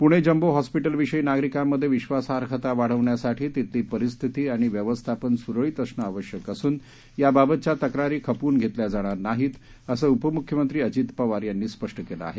Pune jumbo हॉस्पिटलविषयी नागरिकांमध्ये विश्वासार्हता वाढविण्यासाठी तिथली परिस्थिती आणि व्यवस्थापन सुरळीत असणं आवश्यक असून या बाबतच्या तक्रारी खपवून घेतल्या जाणार नाहीत असं उपमुख्यमंत्री अजित पवार यांनी स्पष्ट केलं आहे